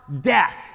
death